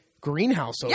greenhouse